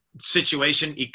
situation